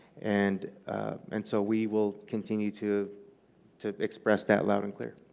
and and so we will continue to to express that loud and clear.